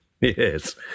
Yes